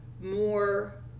more